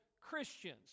Christians